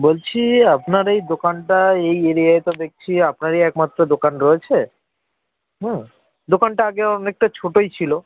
বলছি আপনার এই দোকানটা এই এরিয়ায় তো দেখছি আপনারই একমাত্র দোকান রয়েছে হুম দোকানটা আগে অনেকটা ছোটোই ছিল